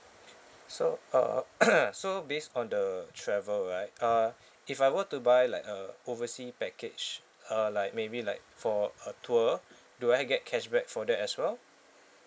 so uh so based on the travel right uh if I were to buy like uh oversea package uh like maybe like for a tour do I get cashback for that as well